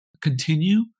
continue